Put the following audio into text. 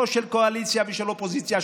לא של קואליציה ושל אופוזיציה,